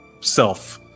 self